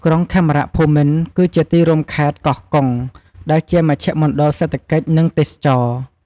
ក្រុងខេមរភូមិន្ទ គឺជាទីរួមខេត្តកោះកុងដែលជាមជ្ឈមណ្ឌលសេដ្ឋកិច្ច និងទេសចរណ៍។